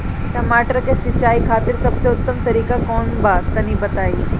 टमाटर के सिंचाई खातिर सबसे उत्तम तरीका कौंन बा तनि बताई?